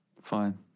Fine